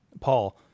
Paul